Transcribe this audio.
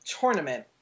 tournament